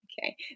okay